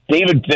David